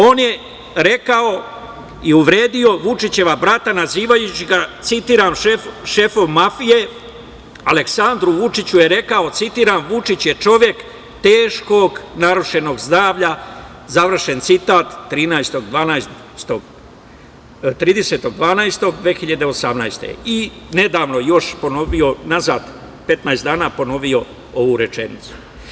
On je rekao i uvredio Vučićevog brata nazivajući ga citiram – šefom mafije, Aleksandru Vučiću je rekao citiram – Vučić je čovek teškog narušenog zdravlja, završen citat, 30. decembra 2018. godine i nedavno još ponovio, unazad 15 dana ponovio ovu rečenicu.